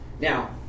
Now